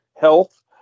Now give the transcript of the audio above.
health